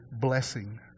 blessing